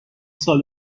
سال